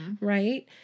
right